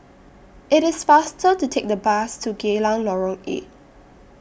IT IS faster to Take The Bus to Geylang Lorong eight